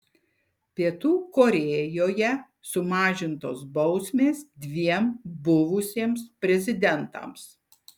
pietų korėjoje sumažintos bausmės dviem buvusiems prezidentams